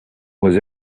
was